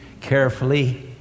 carefully